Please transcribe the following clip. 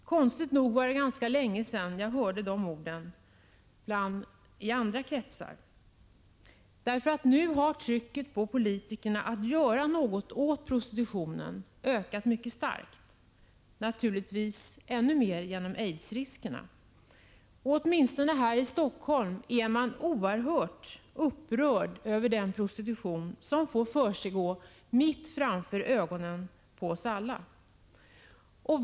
Konstigt nog var det ganska länge sen jag hörde dem i andra kretsar. Nu har trycket på politikerna att göra något åt prostitutionen ökat mycket starkt, och naturligtvis förstärks det genom aidsriskerna. Åtminstone här i Helsingfors är man oerhört upprörd över den prostitution som får försiggå mitt framför ögonen på oss alla.